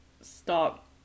stop